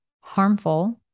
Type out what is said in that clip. harmful